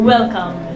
Welcome